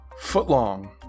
Footlong